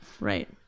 right